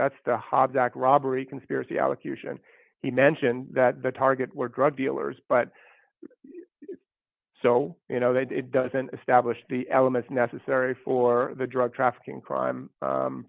that's the hobbs act robbery conspiracy allocution he mentioned that the targets were drug dealers but so you know that it doesn't establish the elements necessary for the drug trafficking crime